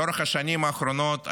לאורך השנים האחרונות,